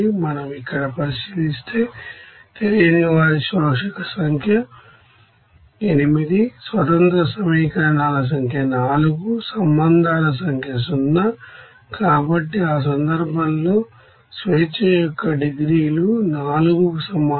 మనం ఇక్కడ పరిశీలిస్తే తెలియనివారి absorber number 8 number of independent equations 4 number of relations 0 కాబట్టి ఆ సందర్భంలో డిగ్రీస్ అఫ్ ఫ్రీడమ్ నాలుగుకు సమానం